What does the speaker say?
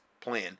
plan